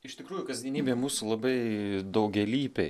iš tikrųjų kasdienybė mūsų labai daugialypė